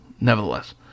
nevertheless